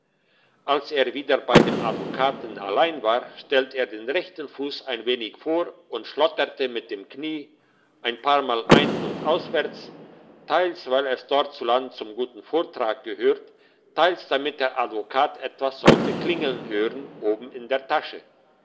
als er wieder bei dem advokaten allein war stellt er den rechten fuss ein wenig vor und schlotterte mit dem knie ein paarmal ein und auswärts teils weil es dortzuland zum guten vortrag gehört teils damit der advokat etwas sollte klingeln hören oben in der tasche